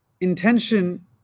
Intention